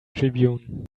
tribune